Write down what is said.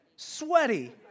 Sweaty